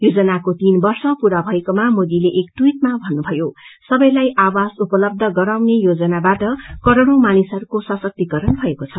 योजनाको तीन वर्ष पूरा भएकोमा मोदीले एक टवीटमा भन्नुभयो सबेलाइ आवास उपलबध गराउने योजनाद्वारा करौंडौ मानिसहरूको सशक्तिकरण भएको छ